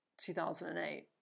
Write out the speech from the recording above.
2008